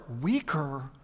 weaker